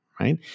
right